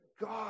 God